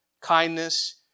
kindness